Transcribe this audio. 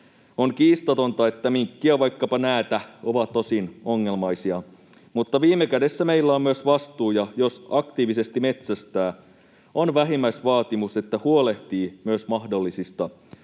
On kiistatonta, että minkki ja vaikkapa näätä ovat osin ongelmaisia, mutta viime kädessä meillä on myös vastuu, ja jos aktiivisesti metsästää, on vähimmäisvaatimus, että huolehtii myös mahdollisista